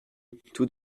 tout